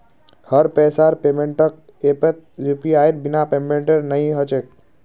हर पैसार पेमेंटक ऐपत यूपीआईर बिना पेमेंटेर नइ ह छेक